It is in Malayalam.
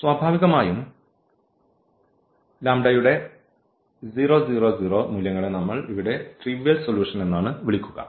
സ്വാഭാവികമായും യുടെ 0 0 0 മൂല്യങ്ങളെ നമ്മൾ ഇവിടെ ട്രിവ്യൽ സൊല്യൂഷൻ എന്നാണ് വിളിക്കുക